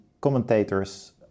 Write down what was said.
commentators